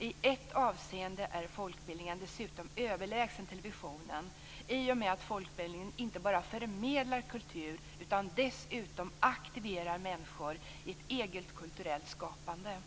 I ett avseende är folkbildningen dessutom överlägsen televisionen i och med att folkbildningen inte bara förmedlar kultur utan dessutom aktiverar människor i ett eget kulturellt skapande.